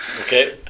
Okay